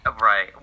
Right